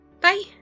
Bye